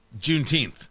Juneteenth